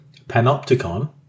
panopticon